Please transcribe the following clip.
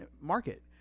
market